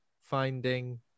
finding